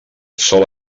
sol